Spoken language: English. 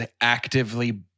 actively